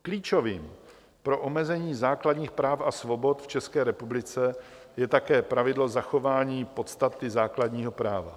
Klíčovým pro omezení základních práv a svobod v České republice je také pravidlo zachování podstaty základního práva.